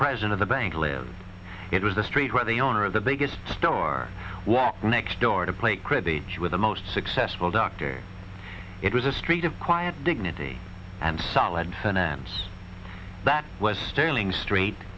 president of the bank lived it was the street where the owner of the biggest store was next door to play cribbage with the most successful doctor it was a street of quiet dignity and solid finance that was sterling straight